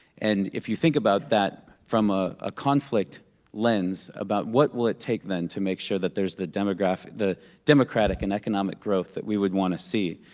and if you think about that from a ah conflict lens about what will it take then to make sure that there's the democratic the democratic and economic growth that we would wanna see,